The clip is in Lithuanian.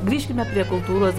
grįžkime prie kultūros